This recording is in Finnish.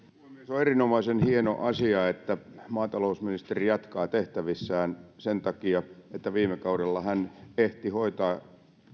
on erinomaisen hieno asia että maatalousministeri jatkaa tehtävissään sen takia että viime kaudella hän ehti hoitaa